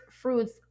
fruits